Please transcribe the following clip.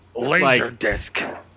LaserDisc